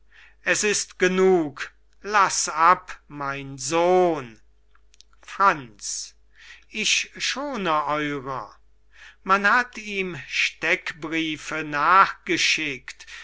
es ist genug laß ab mein sohn franz ich schone eurer man hat ihm steckbriefe nachgeschickt